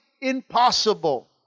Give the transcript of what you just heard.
impossible